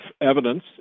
evidence